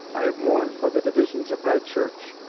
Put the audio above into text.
i have mourned for the divisions of thy church,